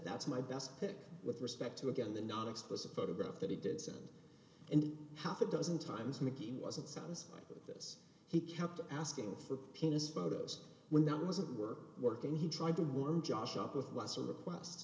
that's my best pic with respect to again the not explicit photograph that he did send and half a dozen times mickey wasn't satisfied with us he kept asking for penis photos when that wasn't work working he tried to warm josh up with lots of request